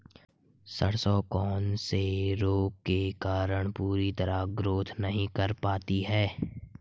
सरसों कौन से रोग के कारण पूरी तरह ग्रोथ नहीं कर पाती है?